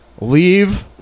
leave